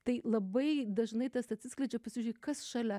tai labai dažnai tas atsiskleidžia pasižiūri kas šalia